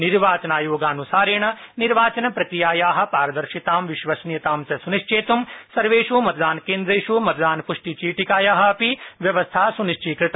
निर्वाचनायोगानुसरेण निर्वाचनप्रक्रियाया पारदर्शितां विश्वसनीयतां च सुनिश्चेतं सर्वेष् मतदानकेन्द्रेष् मतदान पृष्टि चीटिकाया अपि व्यवस्था सुनिश्चिता